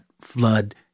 Flood